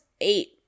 eight